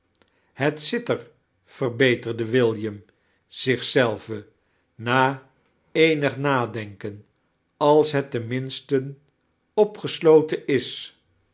het zit er verbeterde william zich zelvem na eenig nadenken als het ten mimste opgesloten is